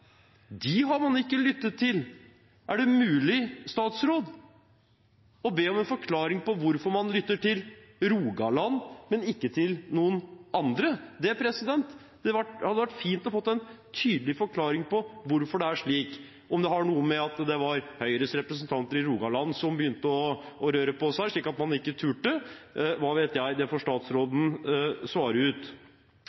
Dem har man ikke lyttet til. Er det mulig å be statsråden om en forklaring på hvorfor man lytter til Rogaland, men ikke til noen andre? Det hadde vært fint å få en tydelig forklaring på hvorfor det er slik – om det har noe med at det var Høyres representanter i Rogaland som begynte å røre på seg, slik at man ikke turte. Hva vet jeg, det